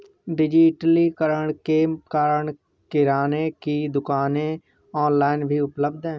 डिजिटलीकरण के कारण किराने की दुकानें ऑनलाइन भी उपलब्ध है